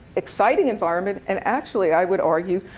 exciting environment. and actually, i would argue,